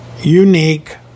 unique